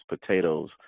potatoes